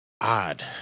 Odd